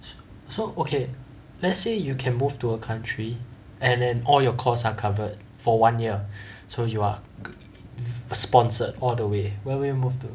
so okay let's say you can move to a country and and all your costs are covered for one year so you are sponsored all the way where will you move to